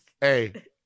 hey